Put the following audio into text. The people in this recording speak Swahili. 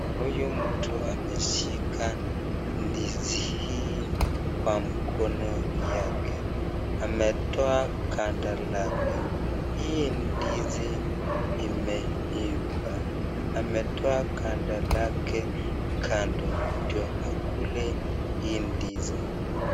Huyu mtu zmeshika ndizi hii kwa mkono wake ametoa kanda lake kando hii ndizi imeifaa , ametoa kanda lake kando ndio akule hii ndizi.